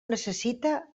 necessita